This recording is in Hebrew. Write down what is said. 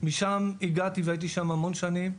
משם הגעתי והייתי שם המון שנים: